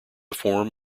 form